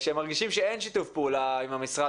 הם מרגישים שאין שיתוף פעולה עם המשרד